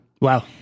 Wow